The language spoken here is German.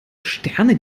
sterne